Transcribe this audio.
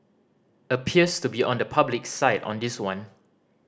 appears to be on the public's side on this one